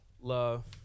love